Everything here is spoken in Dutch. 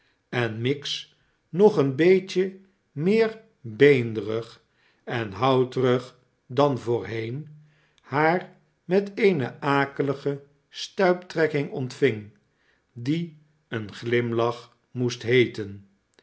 en miggs nog een beetje meer beenderig en houterig dan voorheen haar met eene akelige btuiptrekking ontving die een glimlach moest heeten